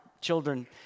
children